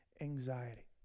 anxiety